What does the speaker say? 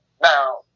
Now